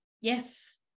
Yes